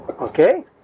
Okay